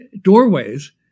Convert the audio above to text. doorways